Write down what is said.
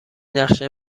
نقشه